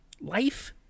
life